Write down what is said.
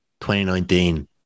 2019